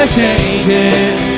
changes